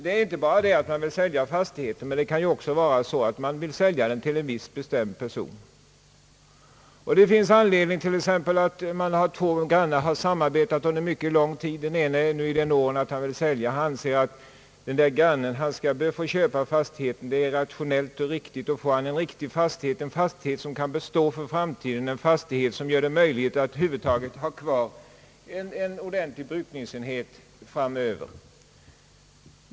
Man vill inte bara sälja fastigheten utan man vill också sälja den till en viss bestämd person. Vi kan t.ex. tänka oss två grannar, som har samarbetat under en mycket lång tid. Den ene har nu nått upp i den ålder då han vill sälja. Han anser att hans granne skall få köpa fastigheten. Det är rationellt och riktigt, eftersom grannen då får en bättre fastighet, en fastighet som kan bestå och gör det möjligt för honom att ha kvar en ordentlig brukningsenhet.